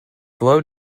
glow